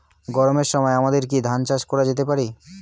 গরমের সময় আমাদের কি ধান চাষ করা যেতে পারি?